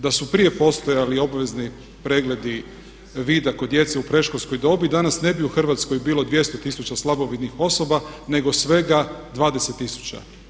Da su prije postojali obvezni pregledi vida kod djece u predškolskoj dobi danas ne bi u Hrvatskoj bilo 200 tisuća slabovidnih osoba nego svega 20 tisuća.